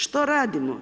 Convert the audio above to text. Što radimo?